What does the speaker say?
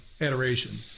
Adoration